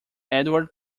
edward